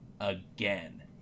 again